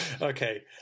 okay